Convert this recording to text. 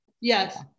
Yes